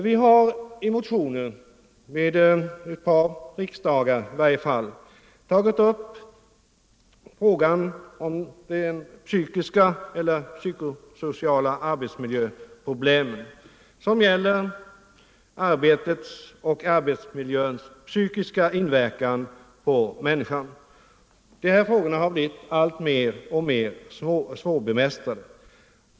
Vi har i motioner vid i varje fall ett par riksdagar tagit upp frågan om de psykosociala arbetsmiljöproblemen, som gäller arbetets och arbetsmiljöns psykiska inverkan på människan. Dessa problem har blivit mer och mer svårbemästrade.